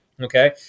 okay